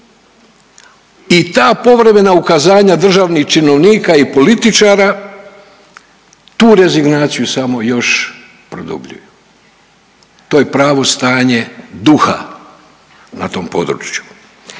i ta povremena ukazanja državnih činovnika i političara tu rezignaciju samo još produbljuju. To je pravo stanje duha na tom području.